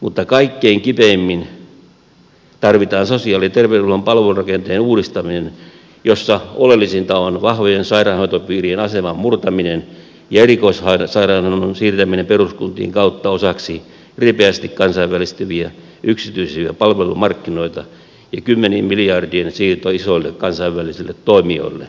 mutta kaikkein kipeimmin tarvitaan sosiaali ja terveydenhuollon palvelurakenteen uudistaminen jossa oleellisinta on vahvojen sairaanhoitopiirien aseman murtaminen ja erikoissairaanhoidon siirtäminen peruskuntien kautta osaksi ripeästi kansainvälistyviä yksityisiä palvelumarkkinoita ja kymmenien miljardien siirto isoille kansainvälisille toimijoille